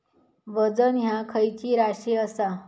वजन ह्या खैची राशी असा?